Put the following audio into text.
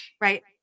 Right